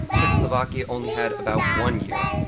czechoslovakia only had about one year.